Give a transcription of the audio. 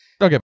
Okay